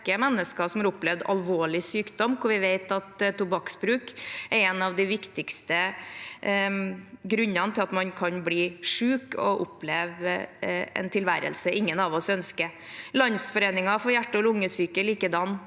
mennesker som har opplevd alvorlig sykdom, og vi vet at tobakksbruk er en av de viktigste grunnene til at man kan bli syk og oppleve en tilværelse ingen av oss ønsker – Landsforeningen for hjerte- og lungesyke likedan.